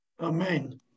Amen